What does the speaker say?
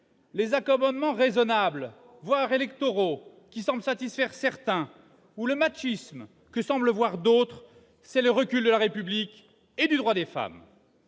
Les « accommodements raisonnables », voire électoraux, qui semblent satisfaire certains, ou le « machisme » que semblent voir d'autres, c'est le recul de la République et du droit des femmes.